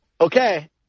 okay